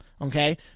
okay